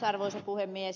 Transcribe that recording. arvoisa puhemies